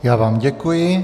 Já vám děkuji.